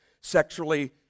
sexually